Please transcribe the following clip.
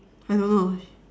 I don't know